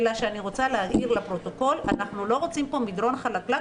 אלא שאנחנו לא רוצים פה מדרון חלקלק.